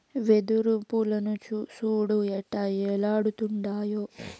వెదురు పూలను సూడు ఎట్టా ఏలాడుతుండాయో